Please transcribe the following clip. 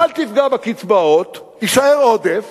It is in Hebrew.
אל תפגע בקצבאות, יישאר עודף